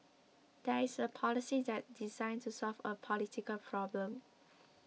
there is a policy that's designed to solve a political problem